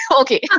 Okay